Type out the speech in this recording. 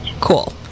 Cool